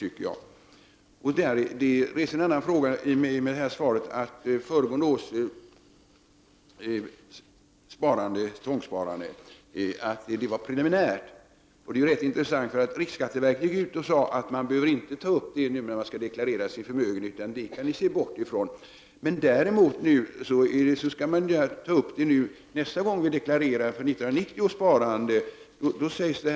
Detta svar reser en annan fråga. Föregående års tvångssparande var preliminärt. Det är rätt intressant, eftersom riksskatteverket gick ut och sade att man inte behövde ta upp detta vid deklarationen av förmögenheten i år utan att man kunde bortse från det. Men nästa gång man deklarerar, för 1990, skall detta tas upp.